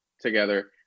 together